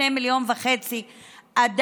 2.5 מיליון בני אדם,